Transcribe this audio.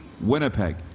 Winnipeg